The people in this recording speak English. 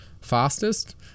fastest